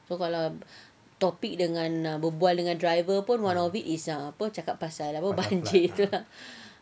son kalau topic dengan berbual dengan driver pun one of it is ah apa cakap pasal apa banjir itu lah